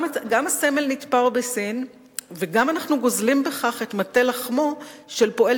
גם הסמל נתפר בסין וגם אנחנו גוזלים בכך את מטה לחמו של פועל